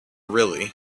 really